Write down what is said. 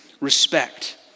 respect